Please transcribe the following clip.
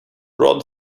rod